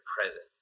present